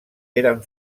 eren